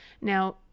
now